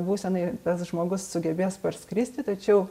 būsenai tas žmogus sugebės parskristi tačiau